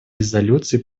резолюций